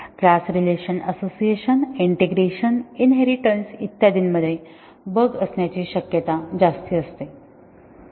class relation association integration inheritance इत्यादींमध्ये bug असण्याची शक्यता जास्त असते